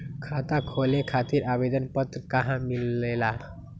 खाता खोले खातीर आवेदन पत्र कहा मिलेला?